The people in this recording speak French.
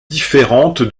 différente